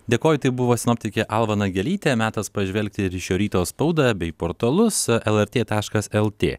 dėkoju tai buvo sinoptikė alva nagelytė metas pažvelgti ir šio ryto spaudą bei portalus lrt taškas lt